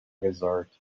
resort